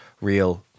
real